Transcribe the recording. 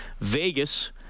Vegas